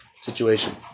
situation